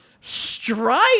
strike